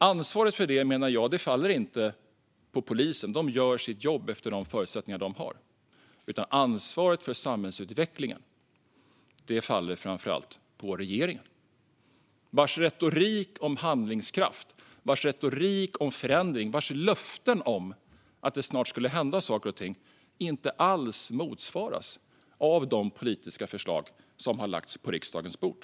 Ansvaret för det, menar jag, faller inte på polisen. De gör sitt jobb efter de förutsättningar de har. Ansvaret för samhällsutvecklingen faller framför allt på regeringen, vars retorik om handlingskraft och förändring och vars löften om att det snart skulle hända saker och ting inte alls motsvaras av de politiska förslag som har lagts på riksdagens bord.